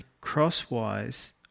crosswise